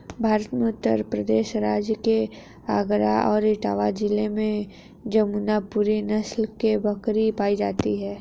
भारत में उत्तर प्रदेश राज्य के आगरा और इटावा जिले में जमुनापुरी नस्ल की बकरी पाई जाती है